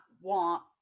want